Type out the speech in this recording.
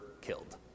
killed